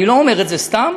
אני לא אומר את זה סתם,